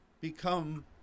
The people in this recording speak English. become